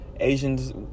asians